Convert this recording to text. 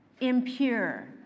impure